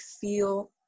feel